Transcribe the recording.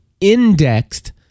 indexed